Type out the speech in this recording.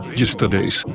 yesterday's